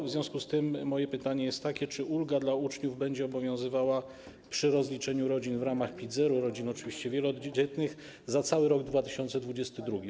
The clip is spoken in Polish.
W związku z tym moje pytanie jest takie: Czy ulga dla uczniów będzie obowiązywała przy rozliczeniu rodzin w ramach PIT-0, oczywiście rodzin wielodzietnych, za cały rok 2022?